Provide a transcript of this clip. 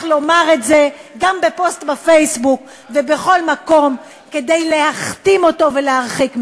לומר את זה גם בפוסט בפייסבוק ובכל מקום כדי להכתים ולהרחיק ממנו.